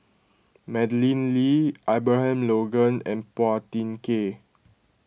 Madeleine Lee Abraham Logan and Phua Thin Kiay